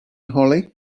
hollie